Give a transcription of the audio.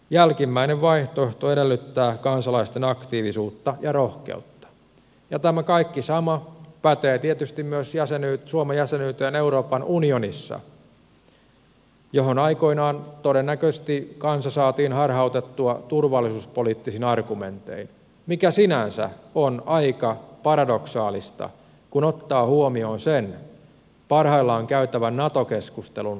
jälkimmäinen vaihtoehto edellyttää kansalaisten aktiivisuutta ja rohkeutta ja tämä kaikki sama pätee tietysti myös suomen jäsenyyteen euroopan unionissa johon aikoinaan todennäköisesti kansa saatiin harhautettua turvallisuuspoliittisin argumentein mikä sinänsä on aika paradoksaalista kun ottaa huomioon parhaillaan käytävän nato keskustelun tässä maassa